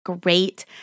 great